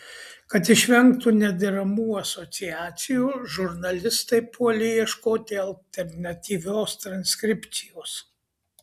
kad išvengtų nederamų asociacijų žurnalistai puolė ieškoti alternatyvios transkripcijos